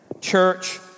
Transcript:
Church